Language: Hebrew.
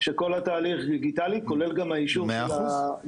לחדד לגבי מה שאמרנו.